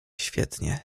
świetnie